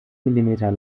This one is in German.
millimeter